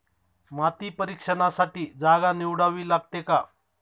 माती परीक्षणासाठी जागा निवडावी लागते का?